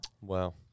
Wow